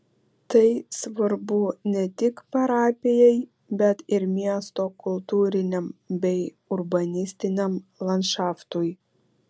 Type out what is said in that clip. tai svarbu ne tik parapijai bet ir miesto kultūriniam bei urbanistiniam landšaftui